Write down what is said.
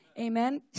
amen